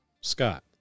Scott